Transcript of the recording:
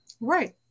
right